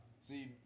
see